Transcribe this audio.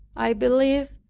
i believe,